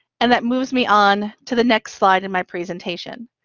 and that moves me on to the next slide in my presentation,